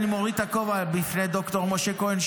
אני מוריד את הכובע בפני ד"ר משה כהן,